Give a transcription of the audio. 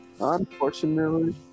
Unfortunately